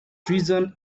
treason